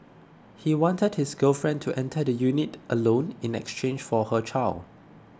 he wanted his girlfriend to enter the unit alone in exchange for her child